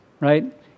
right